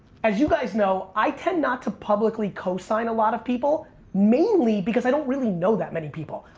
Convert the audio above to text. as you guys know, i tend not to publicly cosign a lot of people. mainly because i don't really know that many people.